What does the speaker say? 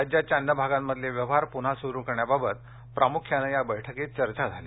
राज्याच्या अन्य भागांमधले व्यवहार पुन्हा सुरु करण्याबाबत प्रामुख्यानं या बैठकीत चर्चा झाली